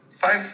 Five